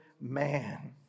man